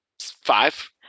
five